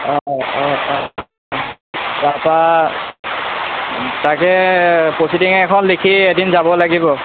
অঁ অঁ অঁ অঁ তাৰপৰা তাকে প্ৰচিডিং এখন লিখি এদিন যাব লাগিব